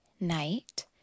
night